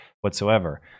whatsoever